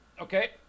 Okay